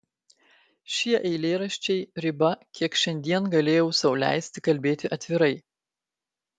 šie eilėraščiai riba kiek šiandien galėjau sau leisti kalbėti atvirai